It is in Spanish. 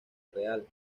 real